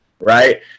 right